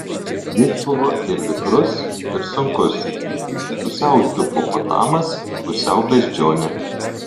jis buvo ir vikrus ir sunkus pusiau hipopotamas pusiau beždžionė